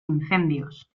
incendios